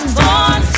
born